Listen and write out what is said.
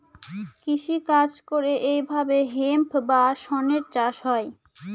কৃষি কাজ করে এইভাবে হেম্প বা শনের চাষ হয়